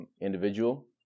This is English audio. individual